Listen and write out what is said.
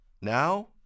now